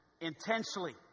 intensely